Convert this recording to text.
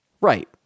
Right